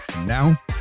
Now